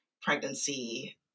pregnancy